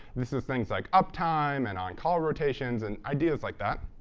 this is things like uptime and on-call rotations and ideas like that.